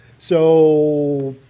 so,